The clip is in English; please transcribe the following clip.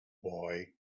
boy